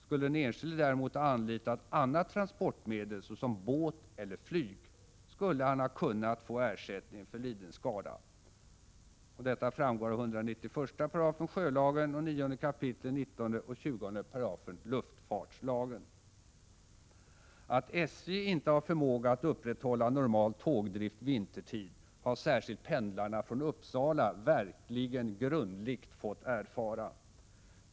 Skulle den enskilde däremot ha anlitat annat transportmedel, såsom båt eller flyg, skulle han ha kunnat få ersättning för liden skada. Detta framgår av 191 § sjölagen och 9 kap. 19 och 20 §§ luftfartslagen. Att SJ inte har förmåga att upprätthålla normal tågdrift vintertid har särskilt pendlarna från Uppsala verkligen grundligt fått erfara.